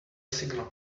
signal